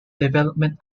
development